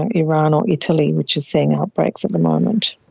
and iran or italy which is seeing outbreaks at the moment.